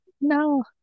no